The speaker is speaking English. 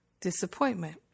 disappointment